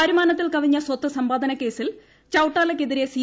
വരുമാനത്തിൽ കവിഞ്ഞ സ്വത്ത് സമ്പാദനകേസിൽ ചൌടാലയ്ക്കെതിരെ സി